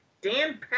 Dan